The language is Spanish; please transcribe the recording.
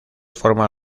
forma